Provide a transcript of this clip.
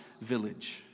village